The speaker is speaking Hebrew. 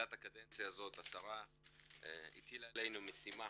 בתחילת הקדנציה הזאת השרה הטילה עלינו משימה